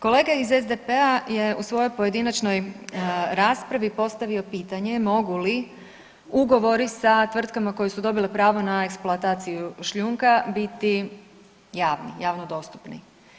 Kolega iz SDP-a je u svojoj pojedinačnoj raspravi postavio pitanje mogu li ugovori sa tvrtkama koje su dobile pravo na eksploataciju šljunka, biti javni, javno dostupni?